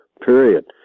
Period